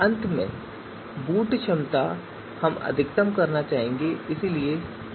अंत में बूट क्षमता हम अधिकतम करना चाहेंगे और इसलिए चौथा मान अधिकतम है